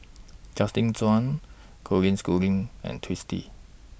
Justin Zhuang Colin Schooling and Twisstii